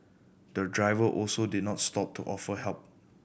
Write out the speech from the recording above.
the driver also did not stop to offer help